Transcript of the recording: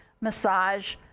massage